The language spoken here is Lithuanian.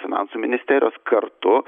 finansų ministerijos kartu